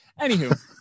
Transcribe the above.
anywho